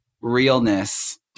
Realness